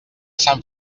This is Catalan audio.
sant